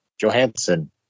Johansson